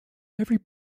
every